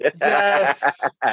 yes